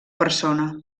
persona